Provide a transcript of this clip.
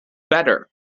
better